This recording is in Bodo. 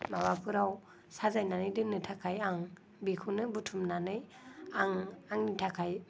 माबाफोराव साजायनानै दोननो थाखाय आं बेखौनो बुथुमनानै आं आंनि थाखाय